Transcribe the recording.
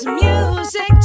music